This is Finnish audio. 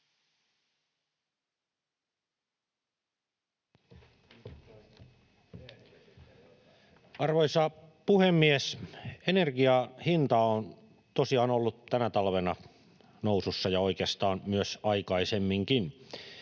Arvoisa puhemies! Energian hinta on tosiaan ollut tänä talvena nousussa ja oikeastaan myös aikaisemminkin.